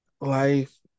life